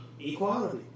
Equality